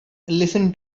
listen